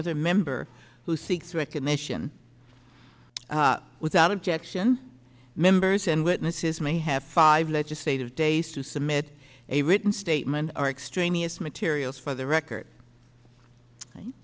other member who seeks recognition without objection members and witnesses may have five legislative days to submit a written statement or extraneous materials for the record